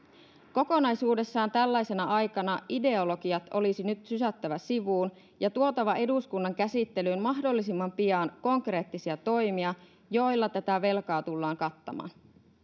kokonaisuudessaan tällaisena aikana ideologiat olisi nyt sysättävä sivuun ja tuotava eduskunnan käsittelyyn mahdollisimman pian konkreettisia toimia joilla tätä velkaa tullaan kattamaan